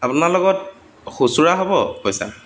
আপোনাৰ লগত খুচুৰা হ'ব পইচা